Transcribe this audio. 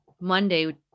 monday